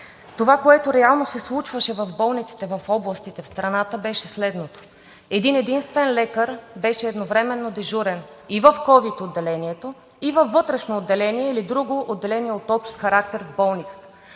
това, което реално се случваше в болниците в областите в страната беше следното: един-единствен лекар беше едновременно дежурен и в ковид отделението, и във вътрешно отделение или друго отделение от общ характер в болницата,